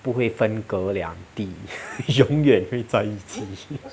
不会分隔两地 永远会在一起